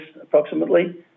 approximately